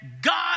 God